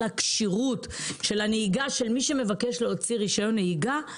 כשירות הנהיגה של מי שמבקש להוציא רישיון נהיגה,